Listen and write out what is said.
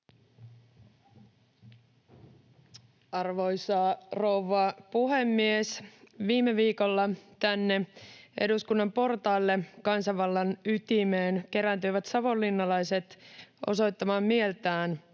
Arvoisa rouva puhemies! Viime viikolla tänne eduskunnan portaille kansanvallan ytimeen kerääntyivät savonlinnalaiset osoittamaan mieltään,